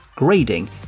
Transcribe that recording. Grading